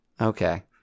Okay